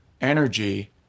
energy